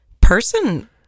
person